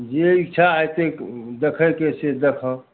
जे ईच्छा हेतै देखैके से देखब